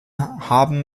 haben